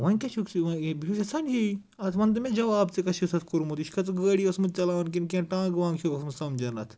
وۄنۍ کیاہ چھُکھ ژٕ یِوان یے بہٕ چھُس یَژھان یٖی اَتھ وَنتہٕ مےٚ جواب ژےٚ کیاہ چھِتھ اَتھ کوٚرمُت یہِ چھُکھا ژٕ گٲڑی اوسمُت چَلاوَان کِنہٕ کینٛہہ ٹانٛگہٕ وانٛگہٕ چھُکھ اوسمُت سَمجھان اَتھ